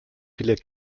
viele